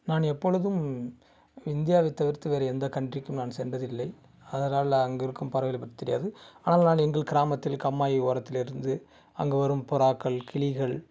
நான் எப்பொழுதும் இந்தியாவை தவிர்த்து வேறு எந்த கண்ட்ரிக்கும் நான் சென்றது இல்லை அதனால் அங்கு இருக்கும் பறவைகள் பற்றி தெரியாது ஆனால் நான் எங்கள் கிராமத்தில் கம்மாயி ஓரத்திலிருந்து அங்கே வரும் புறாக்கள் கிளிகள்